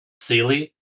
Sealy